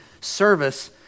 service